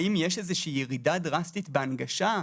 האם יש איזושהי ירידה דרסטית בהנגשה?